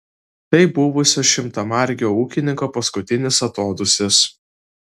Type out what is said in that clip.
tai buvusio šimtamargio ūkininko paskutinis atodūsis